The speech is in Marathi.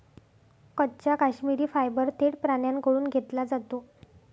कच्चा काश्मिरी फायबर थेट प्राण्यांकडून घेतला जातो